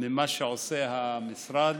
ממה שעושה המשרד